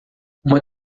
uma